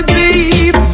deep